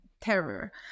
terror